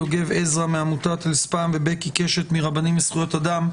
יוגב עזרא מעמותת הספאם ובקי קשת מרבנים לזכויות אדם,